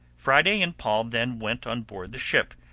friday and paul then went on board the ship,